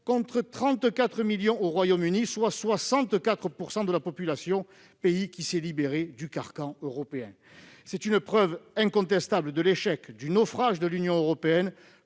contre 34 millions au Royaume-Uni, soit 64 % de sa population, pays qui s'est libéré du carcan européen. C'est une preuve incontestable de l'échec et du naufrage de l'Union européenne,